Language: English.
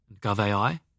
GovAI